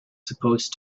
supposed